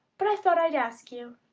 but i thought i'd ask you.